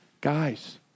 guys